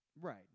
Right